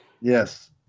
Yes